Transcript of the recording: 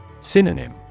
Synonym